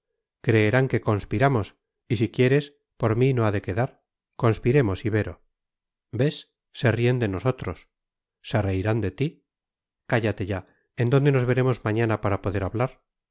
creerán que conspiramos y si quieres por mí no ha de quedar conspiremos ibero ves se ríen de nosotros se reirán de ti cállate ya en dónde nos veremos mañana para poder hablar